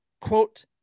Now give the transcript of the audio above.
Quote